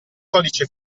codice